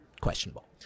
questionable